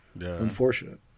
unfortunate